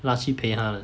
拉去陪她的